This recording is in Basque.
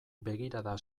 begirada